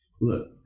Look